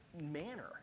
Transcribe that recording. manner